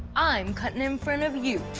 i'm cutting in front of you.